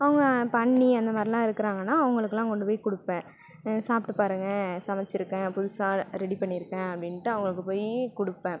அவங்க இப்போ அண்ணி அந்த மாதிரிலாம் இருக்கிறாங்கனா அவங்களுக்குலாம் கொண்டு போய் கொடுப்பேன் சாப்பிட்டு பாருங்கள் சமைச்சிருக்கேன் புதுசாக ரெடி பண்ணியிருக்கேன் அப்படின்ட்டு அவங்களுக்கு போய் கொடுப்பேன்